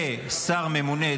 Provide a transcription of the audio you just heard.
לשר ממונה,